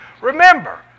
Remember